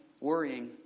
worrying